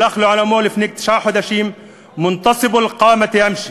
שהלך לעולמו לפני תשעה חודשים (אומר בערבית: זקוף קומה אצעד).